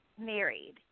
married